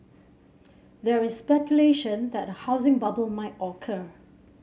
there is speculation that a housing bubble might occur